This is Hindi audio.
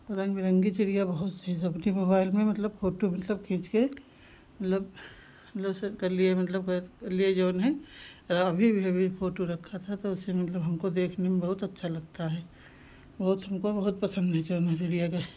रंग बिरंगी चिड़िया बहुत थी सबकी मोबाइल में मतलब फ़ोटू मतलब खींच कर मतलब मतलब ऐसे कर लिए मतलब गए थे कर लिए जो है अभी भी अभी फ़ोटू रखा था तो उसे मतलब हमको देखने में बहुत अच्छा लगता है बहुत हमको बहुत पसंद है जो है चिड़िया का